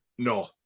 No